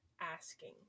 asking